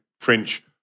French